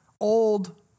old